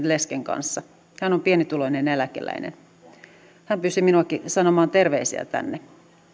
lesken kanssa hän on pienituloinen eläkeläinen hän pyysi minua sanomaan terveisiä tänne